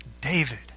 David